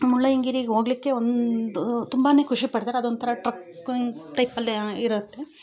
ಮುಳ್ಳಯ್ಯನಗಿರಿಗೆ ಹೋಗ್ಲಿಕ್ಕೆ ಒಂದು ತುಂಬನೇ ಖುಷಿ ಪಡ್ತಾರೆ ಅದೊಂಥರ ಟ್ರಕ್ಕಿಂಗ್ ಟೈಪಲ್ಲೆ ಇರುತ್ತೆ